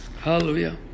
Hallelujah